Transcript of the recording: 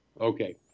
Okay